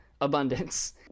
abundance